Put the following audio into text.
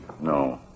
No